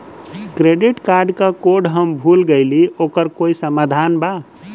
Credit card क code हम भूल गइली ओकर कोई समाधान बा?